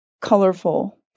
colorful